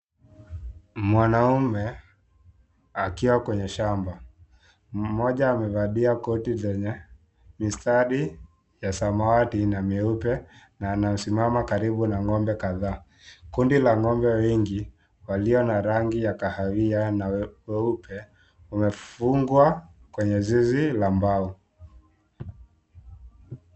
Mwanaume akiwa kwenye shamba. Mmoja amevalia koti lenye mistari ya samawati na meupe na anasimama karibu na ng'ombe kadhaa. Kundi la ng'ombe wengi walio na rangi ya kahawia na weupe wamefungwa kwenye zizi la mbao.